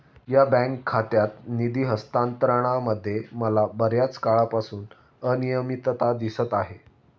या बँक खात्यात निधी हस्तांतरणामध्ये मला बर्याच काळापासून अनियमितता दिसत आहे